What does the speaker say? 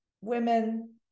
women